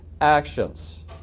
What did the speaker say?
actions